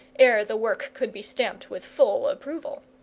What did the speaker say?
ere the work could be stamped with full approval.